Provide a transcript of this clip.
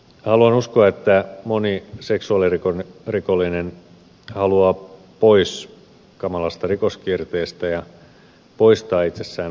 haluan uskoa että moni seksuaalirikollinen haluaa pois kamalasta rikoskierteestä ja poistaa itsessään olevan sairauden